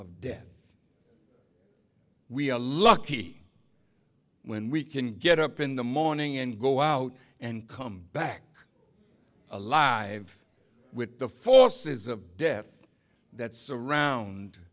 death we are lucky when we can get up in the morning and go out and come back alive with the forces of death that surround